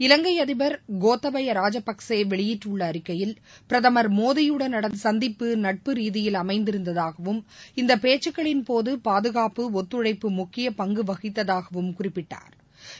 இலங்கை அதிபர் கோத்தபய ராஜபக்சே வெளியிட்டுள்ள அறிக்கையில் பிரதமர் மோடியுடன் நடந்த சந்திப்பு நட்பு ரீதியில் அமைந்திருந்ததாகவும் இந்த பேச்சுகளின் போது பாதுகாப்பு ஒத்துழைப்பு முக்கிய பங்கு வகித்ததாகவும் குறிப்பிட்டா்